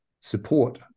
support